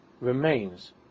remains